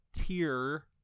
tier